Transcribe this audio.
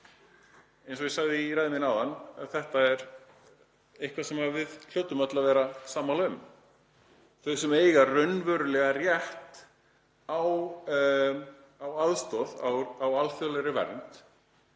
Eins og ég sagði í ræðu minni áðan er þetta eitthvað sem við hljótum öll að vera sammála um; að þau sem eiga raunverulega rétt á aðstoð, á alþjóðlegri vernd,